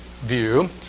view